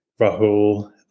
rahul